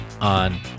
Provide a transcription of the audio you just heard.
on